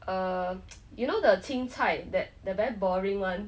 err you know the 青菜 that the very boring [one]